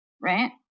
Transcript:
Right